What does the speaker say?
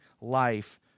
life